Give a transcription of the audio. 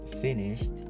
finished